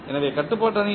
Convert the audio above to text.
எனவே கட்டுப்பாட்டு அணி